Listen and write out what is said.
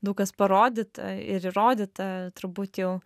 daug kas parodyta ir įrodyta turbūt jau